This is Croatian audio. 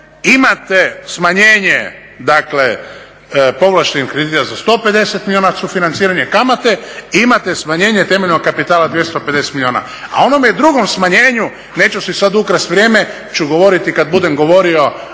imate smanjenje dakle povlaštenih kredita za 150 milijuna od sufinanciranja kamate i imate smanjenje temeljnog kapitala 250 milijuna. A o onome drugom smanjenju, neću si sad ukrast vrijeme, ću govoriti kad budem govorio